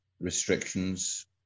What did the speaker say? restrictions